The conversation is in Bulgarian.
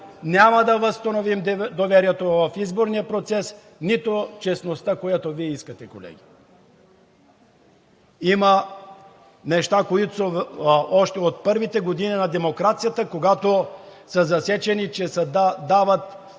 няма да възстановим доверието в изборния процес, нито честността, която Вие искате, колеги. Има неща, които са още от първите години на демокрацията, когато са засечени, че се дава